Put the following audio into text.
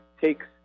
takes